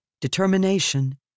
determination